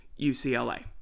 UCLA